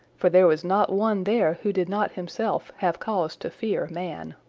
for there was not one there who did not himself have cause to fear man.